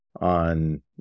on